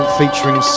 featuring